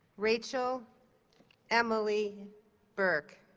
rachel emily burke